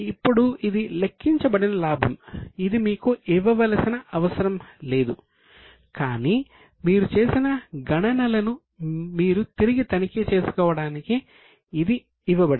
ఇప్పుడు ఇది లెక్కించబడిన లాభం ఇది మీకు ఇవ్వవలసిన అవసరం లేదు కానీ మీరు చేసిన గణనలను మీరు తిరిగి తనిఖీ చేసుకోవడానికి ఇది ఇవ్వబడింది